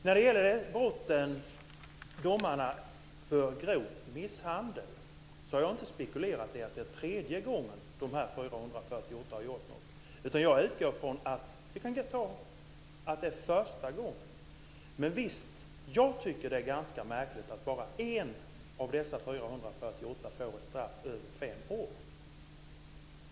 När det gäller domarna för grov misshandel har jag inte spekulerat i att de 448 skulle vara dömda för tredje gången. Jag utgår från att de kanske har dömts för första gången. Men jag tycker att det är ganska märkligt att bara 1 av de 448 har fått ett straff på över 5 år.